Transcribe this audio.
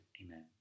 Amen